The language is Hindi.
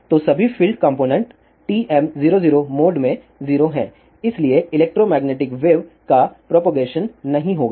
तो सभी फील्ड कॉम्पोनेन्ट TM00 मोड में 0 हैं इसलिए इलेक्ट्रोमैग्नेटिक वेव का प्रोपगेशन नहीं होगा